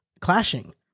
clashing